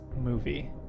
movie